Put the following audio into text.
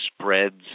spreads